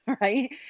right